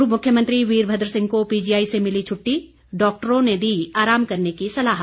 पूर्व मुख्यमंत्री वीरभद्र सिंह को पीजीआई से मिली छुट्टी डॉक्टरों ने दी आराम करने की सलाह